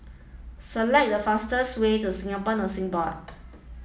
select the fastest way to Singapore Nursing Board